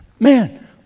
Man